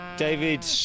David